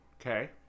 Okay